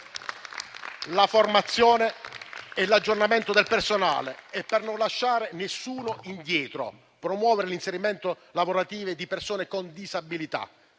formazione e l'aggiornamento del personale e, per non lasciare nessuno indietro, si promuove l'inserimento lavorativo di persone con disabilità.